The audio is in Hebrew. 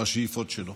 מהשאיפות שלו.